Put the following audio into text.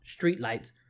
streetlights